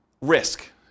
risk